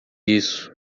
isso